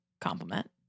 compliment